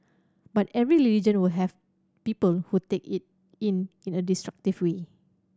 but every religion will have people who take it in in a destructive way